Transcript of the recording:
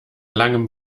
langem